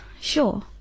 sure